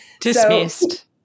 Dismissed